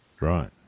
Right